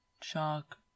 shark